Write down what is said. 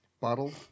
bottle